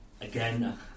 again